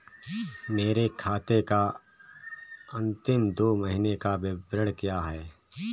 मेरे खाते का अंतिम दो महीने का विवरण क्या है?